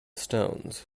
stones